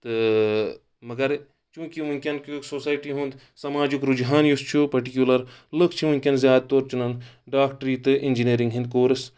تہٕ مگر چوٗنٛکہِ وٕنکیٚن کہِ سوسایٹی ہُنٛد سماجُک رُجان یُس چھُ پٔٹِکیوٗلر لُکھ چھِ وٕنکؠن زیادٕ تور چُنان ڈاکٹری تہٕ اِنجیٖنرِنٛگ ہٕنٛدۍ کورٕس